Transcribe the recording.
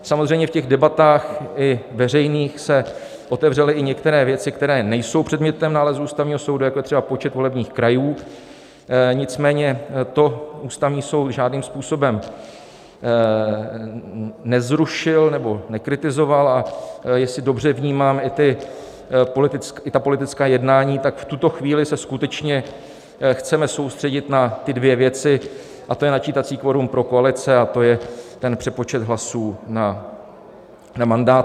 Samozřejmě v debatách i veřejných se otevřely i některé věci, které nejsou předmětem nálezu Ústavního soudu, jako je třeba počet volebních krajů, nicméně to Ústavní soud žádným způsobem nezrušil nebo nekritizoval, a jestli dobře vnímám i ta politická jednání, v tuto chvíli se skutečně chceme soustředit na ty dvě věci, a to je načítací kvorum pro koalice a to je přepočet hlasů na mandáty.